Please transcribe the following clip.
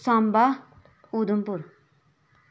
Samba Udhampur